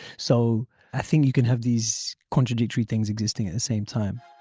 so i think you can have these contradictory things existing at the same time